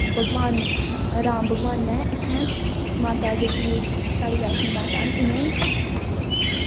भगवान राम भगवान नै इत्थें माता जेह्की साढ़ी माता वैष्णो इनें